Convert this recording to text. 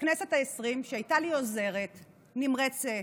בכנסת העשרים שהייתה לי עוזרת נמרצת,